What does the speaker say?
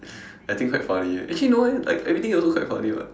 I think quite funny eh actually no eh everything also quite funny [what]